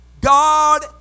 God